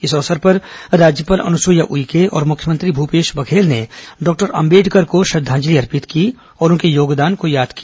इस अवसर पर राज्यपाल अनुसुईया उइके और मुख्यमंत्री भूपेश बघेल ने डॉक्टर अंबेडकर को श्रद्दांजलि अर्पित की और उनके योगदान को याद किया